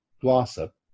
Glossop